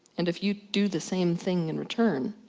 and if you do the same thing in return,